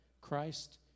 Christ